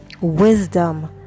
wisdom